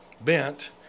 bent